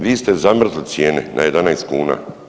Vi ste zamrzli cijene na 11 kuna.